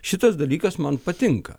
šitas dalykas man patinka